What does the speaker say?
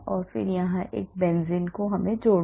और फिर यहां एक और बेंजीन जोड़ना